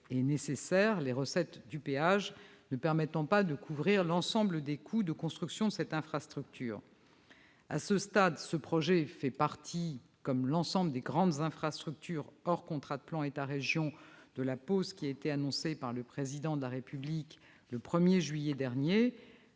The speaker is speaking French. est nécessaire, les recettes de péage ne permettant pas de couvrir l'ensemble des coûts de construction de cette infrastructure. À ce stade, ce projet est concerné, comme l'ensemble des grandes infrastructures hors contrat de plan État-région, par la « pause » annoncée par le Président de la République le 1 juillet dernier.